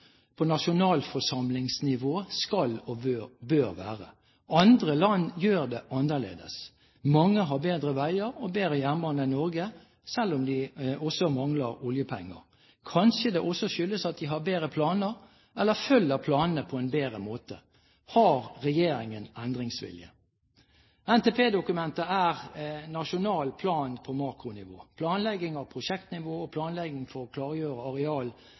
på nasjonalforsamlingsnivå skal og bør være. Andre land gjør det annerledes. Mange har bedre veier og bedre jernbane enn Norge, selv om de mangler oljepenger. Kanskje det også skyldes at de har bedre planer eller følger planene på en bedre måte? Har regjeringen endringsvilje? NTP-dokumentet er nasjonal plan på makronivå. Planlegging på prosjektnivå og planlegging for å klargjøre areal